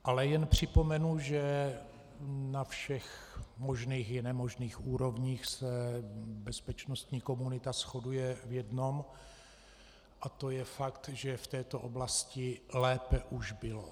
Ale jen připomenu, že na všech možných i nemožných úrovních se bezpečnostní komunita shoduje v jednom, a to je fakt, že v této oblasti lépe už bylo.